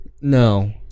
no